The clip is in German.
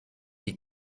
die